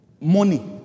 money